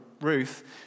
Ruth